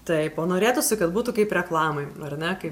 taip o norėtųsi kad būtų kaip reklamoj ar ne kai